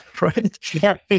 right